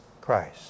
Christ